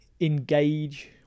Engage